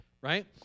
Right